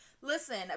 Listen